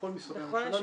בכל משרדי הממשלה,